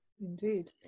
indeed